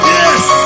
yes